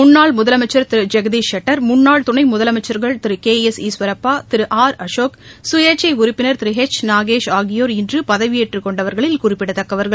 முன்னாள் முதலமைச்சர் திருஜெக்தீஷ் ஷெட்டார் முன்னாள் துணைமுதலமைச்சர்கள் திருகே எஸ் ாஸ்வரப்பா திருஆர் அசோகா சுயேச்சைடறுப்பினர் திரு ஏ எச் நாகேஷ் ஆகியோர் இன்றுபதவியேற்றுக் கொண்டவர்களில் குறிப்பிடத்தக்கவர்கள்